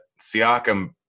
Siakam